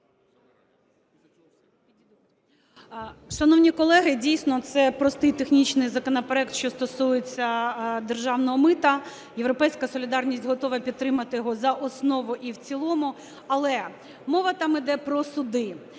Шановні колеги, дійсно, це простий технічний законопроект, що стосується державного мита. "Європейська солідарність" готова підтримати його за основу і в цілому. Але мова там йде про суди.